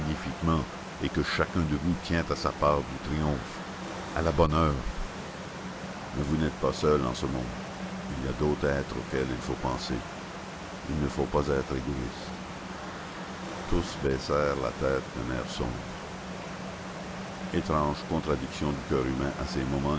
et que chacun de vous tient à sa part du triomphe à la bonne heure mais vous n'êtes pas seuls en ce monde il y a d'autres êtres auxquels il faut penser il ne faut pas être égoïstes tous baissèrent la tête d'un air sombre étranges contradictions du coeur humain à ses moments